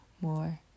more